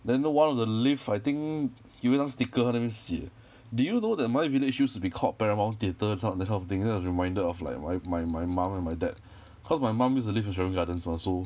then one of the lift I think 有一张 sticker 它那边写 do you know that my village used to be called paramount theatre that sor~ that kind of thing then I was reminded of like my my my mum and my dad cause my mum used to live in serangoon gardens mah so